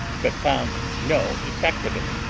but found no effect of it.